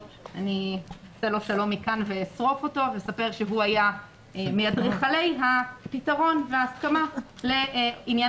אני לא מצליח להבין את ההיגיון בתוך העניין